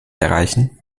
erreichen